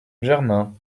germain